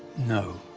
no.